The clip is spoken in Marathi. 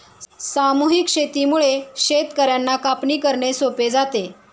सामूहिक शेतीमुळे शेतकर्यांना कापणी करणे सोपे जाते